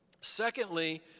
Secondly